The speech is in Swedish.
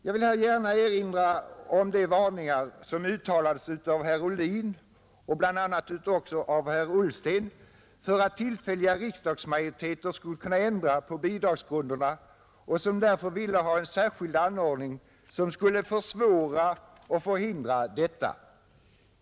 Jag vill här gärna erinra om de varningar som uttalades av herr Ohlin och bl.a. också av herr Ullsten för att tillfälliga riksdagsmajoriteter skulle kunna ändra på bidragsgrunderna. Dessa talare ville därför ha en särskild anordning som skulle försvåra och förhindra detta.